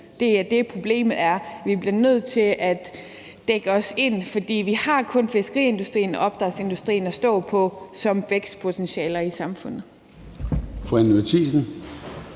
det, der er problemet. Vi bliver nødt til at dække os ind, for vi har kun fiskeriindustrien og opdrætsindustrien at stå på som vækstpotentialer i samfundet.